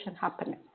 happening